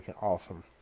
awesome